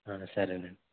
సరేనండి